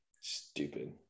stupid